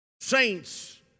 saints